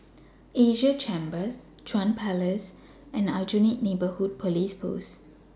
Asia Chambers Chuan Place and Aljunied Neighbourhood Police Post